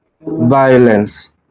violence